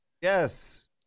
Yes